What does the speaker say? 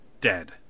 dead